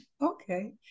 Okay